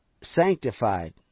sanctified